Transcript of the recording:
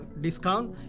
discount